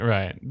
Right